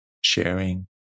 sharing